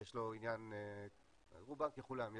רובם ככולם,